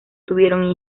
tuvieron